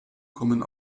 kommen